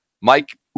Mike